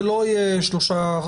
זה לא יהיה שלושה.